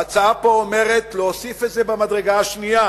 ההצעה פה אומרת להוסיף את זה במדרגה השנייה.